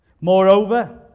Moreover